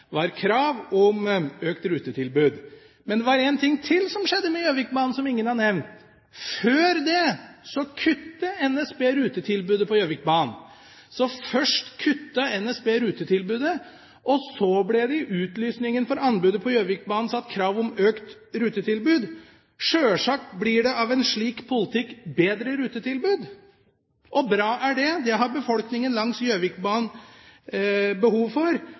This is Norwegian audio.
utlysningsteksten var krav om økt rutetilbud. Men det var én ting til som skjedde med Gjøvikbanen, som ingen har nevnt. Før det kuttet NSB rutetilbudet på Gjøvikbanen. Så først kuttet NSB rutetilbudet, og så ble det i utlysningen for anbudet på Gjøvikbanen satt krav om økt rutetilbud. Sjølsagt blir det av en slik politikk bedre rutetilbud. Og bra er det. Det har befolkningen langs Gjøvikbanen behov for.